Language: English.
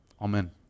Amen